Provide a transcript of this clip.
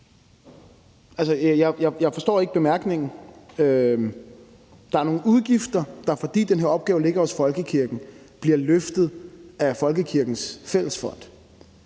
Jeg forstår ikke bemærkningen. Der er nogle udgifter, der, fordi den her opgave ligger hos folkekirken, bliver løftet af folkekirkens fællesfond.